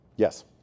Yes